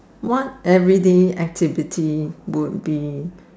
what everyday activity would be